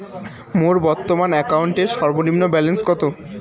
মোর বর্তমান অ্যাকাউন্টের সর্বনিম্ন ব্যালেন্স কত?